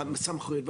הסמכויות,